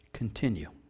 Continue